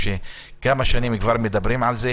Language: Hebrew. כבר כמה שנים מדברים על זה,